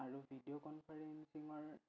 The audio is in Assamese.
আৰু ভিডিঅ' কনফাৰেঞ্চিঙৰ